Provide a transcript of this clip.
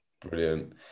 Brilliant